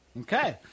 Okay